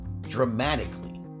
dramatically